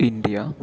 India